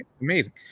amazing